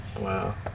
Wow